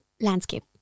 Landscape